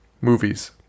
Movies